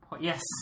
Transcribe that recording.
Yes